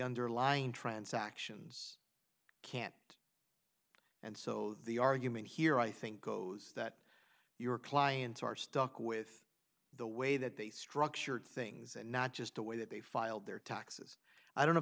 underlying transactions can't and so the argument here i think goes that your clients are stuck with the way that they structured things and not just the way that they file their taxes i don't know